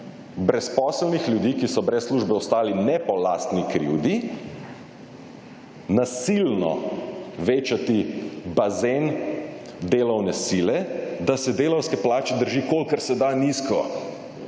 brezposelnih ljudi, ki so brez službe ostali ne po lastni krivdi, nasilno večati bazen delovne sile, da se delavske plače drži kolikor se da nizko.